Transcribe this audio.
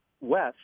west